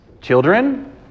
children